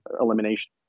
elimination